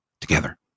together